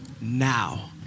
now